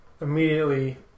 immediately